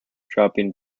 dropping